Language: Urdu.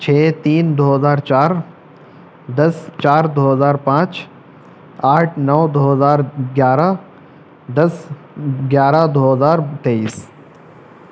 چھ تین دو ہزار چار دس چار دو ہزار پانچ آٹھ نو دو ہزار گیارہ دس گیارہ دو ہزار تئیس